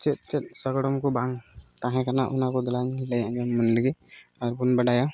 ᱪᱮᱫ ᱪᱮᱫ ᱥᱟᱜᱟᱲᱚᱢ ᱠᱚ ᱵᱟᱝ ᱛᱟᱦᱮᱸ ᱠᱟᱱᱟ ᱚᱱᱟ ᱠᱚ ᱫᱮᱞᱟᱧ ᱞᱟᱹᱭ ᱟᱸᱡᱚᱢ ᱵᱚᱱ ᱞᱮᱜᱮ ᱟᱨᱵᱚᱱ ᱵᱟᱲᱟᱭᱟ